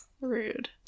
rude